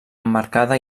emmarcada